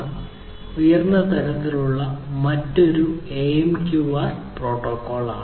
വളരെ ഉയർന്ന തലത്തിലുള്ള മറ്റൊന്ന് AMQP പ്രോട്ടോക്കോളാണ്